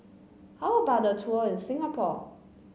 how about a tour in Singapore